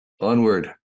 onward